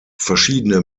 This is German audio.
verschiedene